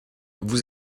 vous